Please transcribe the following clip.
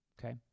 Okay